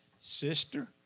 sister